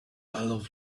allowed